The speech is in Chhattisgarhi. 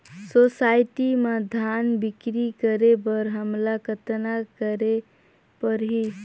सोसायटी म धान बिक्री करे बर हमला कतना करे परही?